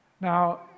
Now